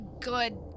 good